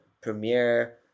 Premiere